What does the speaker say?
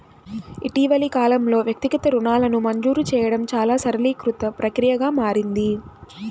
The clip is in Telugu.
ఇటీవలి కాలంలో, వ్యక్తిగత రుణాలను మంజూరు చేయడం చాలా సరళీకృత ప్రక్రియగా మారింది